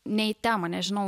ne į temą nežinau